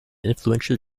influential